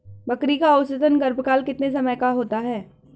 बकरी का औसतन गर्भकाल कितने समय का होता है?